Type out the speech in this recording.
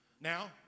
Now